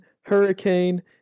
Hurricane